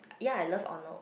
ya I love Arnold's